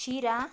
शिरा